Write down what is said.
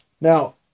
Now